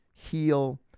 Heal